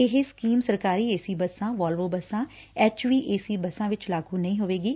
ਇਹ ਸਕੀਮ ਸਰਕਾਰੀ A C ਬੱਸਾਂ ਵੋਲਵੋ ਬੱਸਾਂ ਐਚ ਆਰ ਏ ਸੀ ਬੱਸਾਂ ਵਿਚ ਲਾਗੂ ਨਹੀ ਹੋਵੇਗੀ